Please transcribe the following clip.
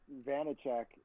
Vanacek